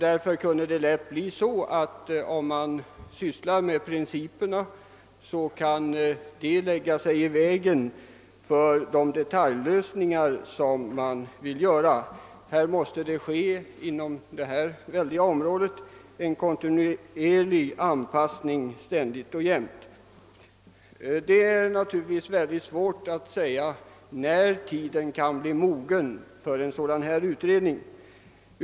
Därför kunde det lätt bli så att en utredning med uppgift att ta upp de principiella spörsmålen kunde motverka detaljlösningar som man önskar få genomförda. Det måste inom detta väldiga område alltid ske en kontinuerlig anpassning. Det är naturligtvis mycket svårt att säga när tiden kan bli mogen för en utredning av detta slag.